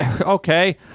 Okay